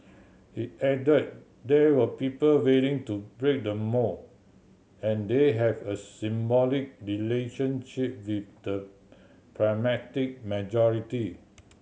he added there were people willing to break the mould and they had a symbiotic relationship with the pragmatic majority